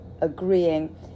agreeing